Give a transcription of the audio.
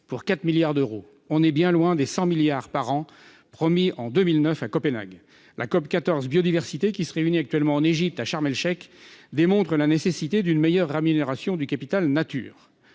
pour 4 milliards d'euros. On est bien loin des 100 milliards par an promis en 2009 à Copenhague ! La COP 14 Biodiversité, qui se réunit actuellement en Égypte, à Charm el-Cheikh, démontre la nécessité d'une meilleure rémunération du capital nature.